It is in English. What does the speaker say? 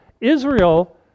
Israel